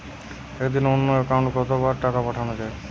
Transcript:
একদিনে অন্য একাউন্টে কত বার টাকা পাঠানো য়ায়?